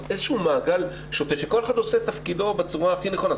זה איזה שהוא מעגל שוטה שכל אחד עושה את תפקידו בצורה הכי נכונה,